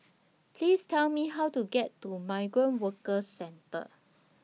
Please Tell Me How to get to Migrant Workers Centre